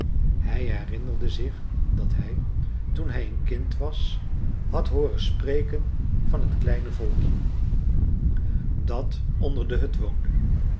hij herinnerde zich dat hij toen hij een kind was had hooren spreken van t kleine volkje dat onder de hut woonde